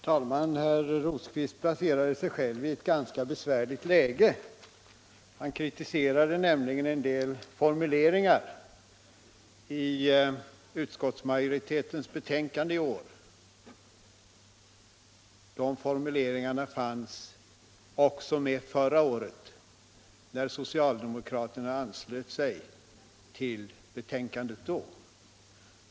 " Herr talman! Herr Rosqvist placerade sig själv i ett ganska besvärligt läge. Han kritiserade nämligen en del formuleringar i utskottsmajoritetens betänkande i år. De formuleringarna fanns med också förra året, när socialdemokraterna anslöt sig till betänkandet.